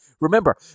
Remember